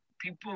people